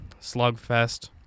slugfest